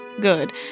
good